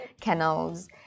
kennels